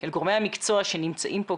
אל גורמי המקצוע שנמצאים פה,